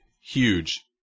huge